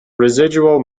residual